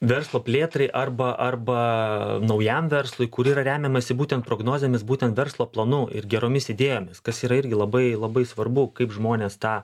verslo plėtrai arba arba naujam verslui kur yra remiamasi būtent prognozėmis būtent verslo planų ir geromis idėjomis kas yra irgi labai labai svarbu kaip žmonės tą